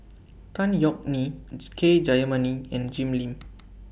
Tan Yeok Nee K Jayamani and Jim Lim